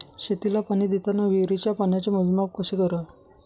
शेतीला पाणी देताना विहिरीच्या पाण्याचे मोजमाप कसे करावे?